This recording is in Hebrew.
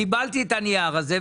קיבלתי את הנייר הזה,